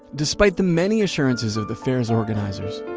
despite the many assurances of the fair's organizers,